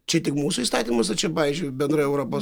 čia tik mūsų įstatymas ar čia pavyzdžiui bendrai europos